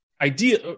idea